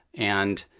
and,